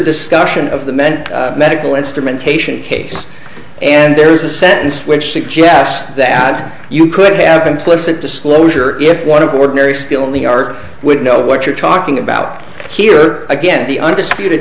discussion of the many medical instrumentation case and there is a sentence which suggests that you could have implicit disclosure if one of ordinary skill in the art would know what you're talking about here again the undisputed